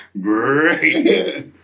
great